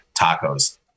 tacos